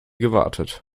gewartet